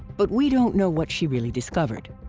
but we don't know what she really discovered.